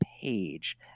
page